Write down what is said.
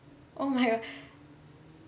oh my god